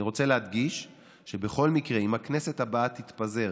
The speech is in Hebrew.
אני רוצה להדגיש שבכל מקרה אם הכנסת הבאה תתפזר